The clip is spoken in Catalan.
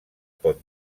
pot